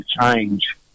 change